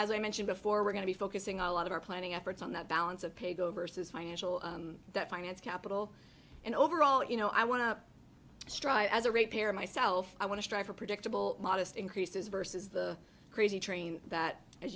as i mentioned before we're going to be focusing a lot of our planning efforts on that balance of pay go versus financial that finance capital and overall you know i want to strive as a rate pair myself i want to strive for predictable modest increases versus the crazy train that as